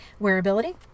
Wearability